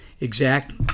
exact